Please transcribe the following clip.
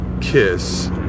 kiss